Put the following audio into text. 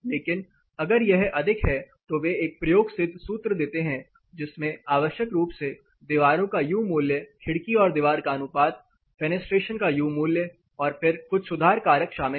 लेकिन अगर यह अधिक है तो वे एक प्रयोगसिद्ध सूत्र देते हैं जिसमें आवश्यक रूप से दीवारों का यू मूल्य खिड़की और दीवार का अनुपात फेनेस्ट्रेशन का यू मूल्य और फिर कुछ सुधार कारक शामिल हैं